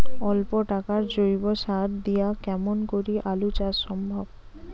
অল্প টাকার জৈব সার দিয়া কেমন করি আলু চাষ সম্ভব?